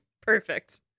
Perfect